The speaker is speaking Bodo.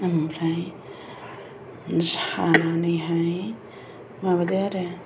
ओमफ्राय सानानैहाय माबादो आरो